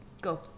go